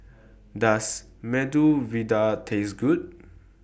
Does Medu Vada Taste Good